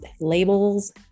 labels